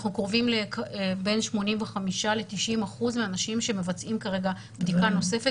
אנחנו קרובים לבין 85 ל-90 אחוזים מהאנשים שמבצעים כרגע בדיקה נוספת